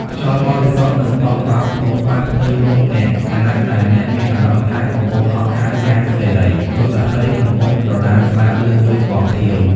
ខ្យល់បរិសុទ្ធនឹងបក់បោកមកប៉ះផ្ទៃមុខអ្នក ខណៈដែលអ្នកមានអារម្មណ៍ថាកំពុងហោះហើរយ៉ាងសេរី ដូចបក្សីកំពុងត្រដាងស្លាបលើមេឃពណ៌ខៀវ។